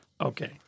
Okay